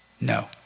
No